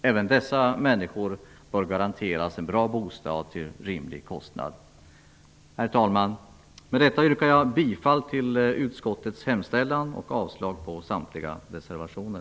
Även dessa människor bör garanteras en bostad till rimlig kostnad. Herr talman! Med detta yrkar jag bifall till utskottets hemställan och avslag på samtliga reservationer.